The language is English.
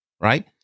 right